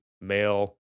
male